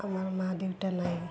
আমাৰ মা দেউতা নাই